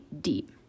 deep